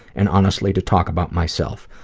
and honestly to talk about myself.